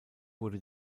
wurde